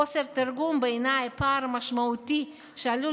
חוסר תרגום בעיניי הוא פער משמעותי שעלול